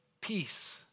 Peace